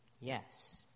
Yes